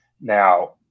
now